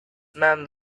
man